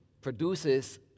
produces